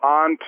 on